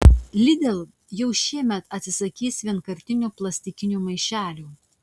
lidl jau šiemet atsisakys vienkartinių plastikinių maišelių